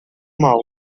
mal